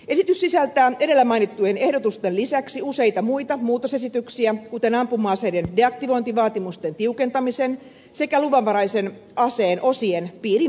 esitys sisältää edellä mainittujen ehdotusten lisäksi useita muita muutosesityksiä kuten ampuma aseiden deaktivointivaatimusten tiukentamisen sekä luvanvaraisen aseen osien piirin laajentamisen